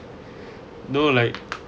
no like